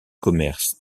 commerce